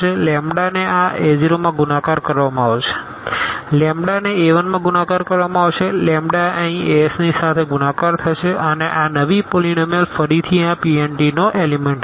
લેમ્બડાને આ a0 માં ગુણાકાર કરવામાં આવશે લેમ્બડાને a1 માં ગુણાકાર કરવામાં આવશે લેમ્બડા અહીં as ની સાથે ગુણાકાર થશે અને આ નવી પોલીનોમીઅલ ફરીથી આ Pn નો એલીમેન્ટ હશે